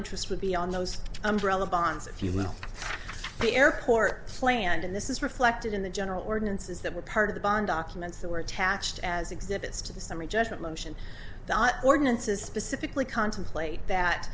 interest would be on those umbrella bonds if you will the airport planned and this is reflected in the general ordinances that were part of the bond documents that were attached as exhibits to the summary judgment motion ordinances specifically contemplate that